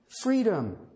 freedom